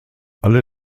alle